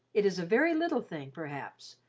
it is a very little thing, perhaps,